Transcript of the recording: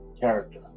character